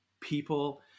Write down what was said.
people